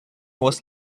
was